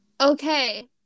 Okay